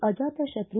ಅಜಾತಶತ್ರು